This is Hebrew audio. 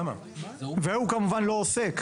ואם הוא לא עוסק.